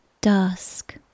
Dusk